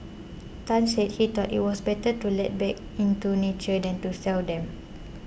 Tan said he thought it was better to let back into nature than to sell them